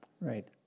right